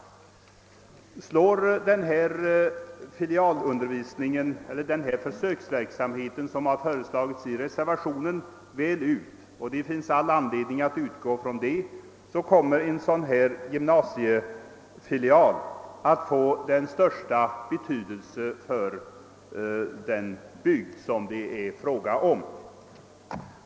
Slår den försöksverksamhet som har föreslagits i reservationen väl ut — och det finns all anledning att utgå från det — kommer en sådan här gymnasiefilial att få den största betydelse för den bygd som det är fråga om.